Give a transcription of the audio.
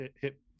hit